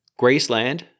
graceland